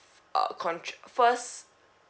uh con~ first